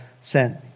sent